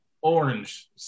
orange